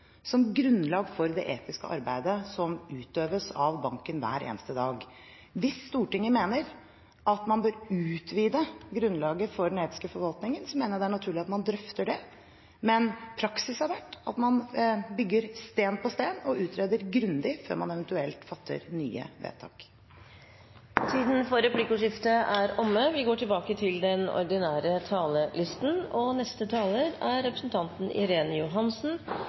som grunnlag for det etiske arbeidet som utøves av banken hver eneste dag. Hvis Stortinget mener at man bør utvide grunnlaget for den etiske forvaltningen, mener jeg det er naturlig at man drøfter det, men praksis har vært at man bygger stein på stein og utreder grundig før man eventuelt fatter nye vedtak. Replikkordskiftet er omme. Den årlige stortingsmeldingen om forvaltningen av Statens pensjonsfond, SPU og